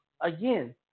Again